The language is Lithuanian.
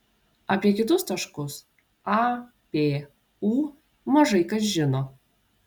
apie kitus taškus a p u mažai kas žino